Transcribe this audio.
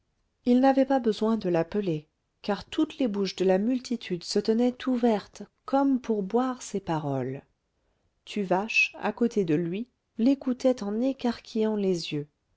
il n'avait pas besoin de l'appeler car toutes les bouches de la multitude se tenaient ouvertes comme pour boire ses paroles tuvache à côté de lui l'écoutait en écarquillant les yeux